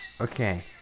Okay